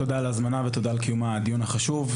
תודה על ההזמנה ותודה על קיום הדיון החשוב.